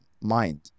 mind